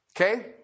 Okay